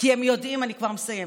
אני כבר מסיימת,